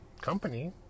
company